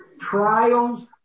Trials